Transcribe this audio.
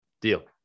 Deal